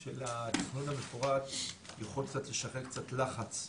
של התכנון המפורט, יכול לשחרר קצת לחץ.